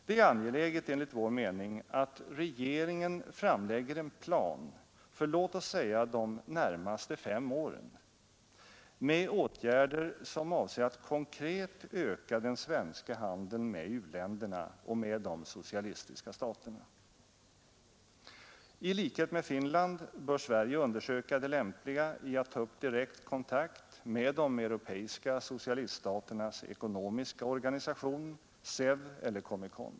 Det är angeläget att regeringen framlägger en plan för låt oss säga de närmaste fem åren med åtgärder som avser att konkret öka den svenska handeln med u-länderna och med de socialistiska staterna. I likhet med Finland bör Sverige undersöka det lämpliga i att ta upp direkt kontakt med de europeiska socialiststaternas ekonomiska organisation, SEV eller Comecon.